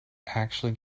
actually